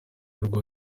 urugo